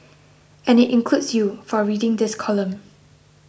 and it includes you for reading this column